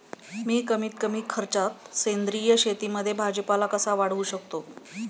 मी कमीत कमी खर्चात सेंद्रिय शेतीमध्ये भाजीपाला कसा वाढवू शकतो?